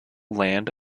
land